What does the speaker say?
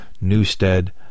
Newstead